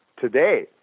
today